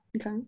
Okay